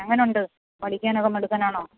എങ്ങനെ ഉണ്ട് പഠിക്കാനൊക്കെ മിടുക്കനാണോ